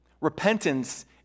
Repentance